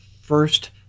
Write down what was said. first